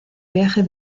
viaje